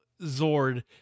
zord